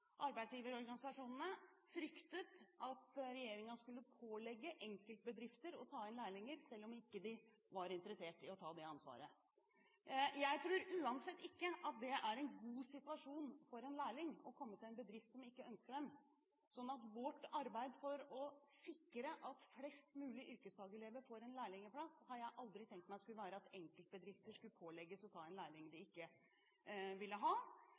Arbeidsgiverorganisasjonene fryktet at regjeringen skulle pålegge enkeltbedrifter å ta inn lærlinger, selv om ikke de var interessert i å ta det ansvaret. Jeg tror uansett ikke at det er en god situasjon for en lærling å komme til en bedrift som ikke ønsker dem. Jeg har altså aldri tenkt meg at vårt arbeid for å sikre at flest mulig yrkesfagelever får en lærlingplass, skulle være at enkeltbedrifter pålegges å ta inn en lærling de ikke vil ha.